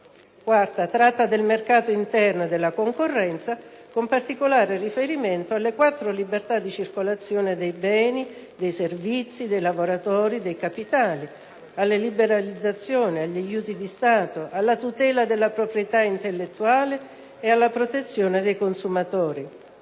quarta tratta del mercato interno e della concorrenza, con particolare riferimento alle quattro libertà di circolazione (dei beni, dei servizi, dei lavoratori e dei capitali), alle liberalizzazione, agli aiuti di Stato, alla tutela della proprietà intellettuale e alla protezione dei consumatori;